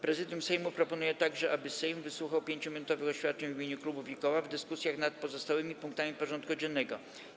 Prezydium Sejmu proponuje także, aby Sejm wysłuchał 5-minutowych oświadczeń w imieniu klubów i koła w dyskusjach nad pozostałymi punktami porządku dziennego.